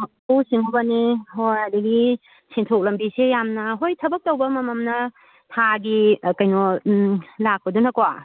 ꯂꯧꯎ ꯁꯤꯡꯉꯨꯕꯅꯦ ꯍꯣꯏ ꯑꯗꯒꯤ ꯁꯦꯟꯊꯣꯛ ꯂꯝꯕꯤꯁꯦ ꯌꯥꯝꯅ ꯍꯣꯏ ꯊꯕꯛ ꯇꯧꯕ ꯑꯃꯃꯝꯅ ꯊꯥꯒꯤ ꯀꯩꯅꯣ ꯂꯥꯛꯄꯗꯨꯅꯀꯣ